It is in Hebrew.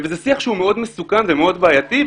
זה שיח מאוד מסוכן ומאוד בעייתי,